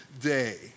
day